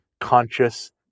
conscious